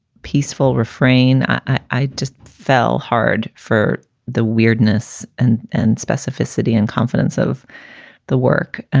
peaceful refrain. i just fell hard for the weirdness and and specificity and confidence of the work. and